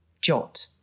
jot